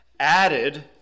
added